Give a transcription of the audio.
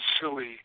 silly